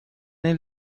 این